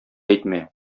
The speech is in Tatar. әйтмә